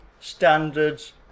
standards